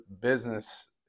business